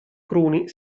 cruni